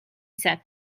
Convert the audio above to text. said